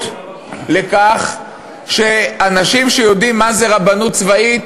לכך שאנשים שיודעים מה זו רבנות צבאית